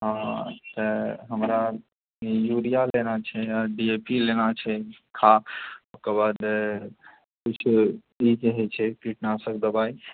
हँ तऽ हमरा यूरिया लेना छै डी ए पी लेना छै खाद्य ओकरबाद की कहै छै कीटनाशक दवाइ